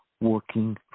working